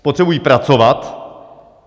Potřebují pracovat.